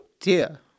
dear